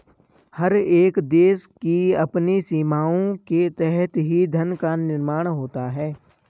हर एक देश की अपनी सीमाओं के तहत ही धन का निर्माण होता है